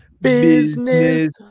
Business